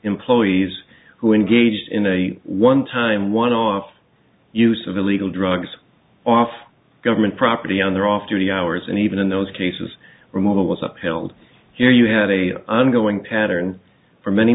employees who engaged in a one time one off use of illegal drugs off government property on their off duty hours and even in those cases removal was upheld here you have a ongoing pattern for many